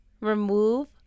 remove